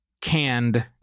canned